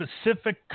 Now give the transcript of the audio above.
specific